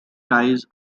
ties